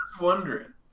wondering